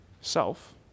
self